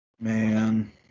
Man